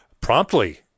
Promptly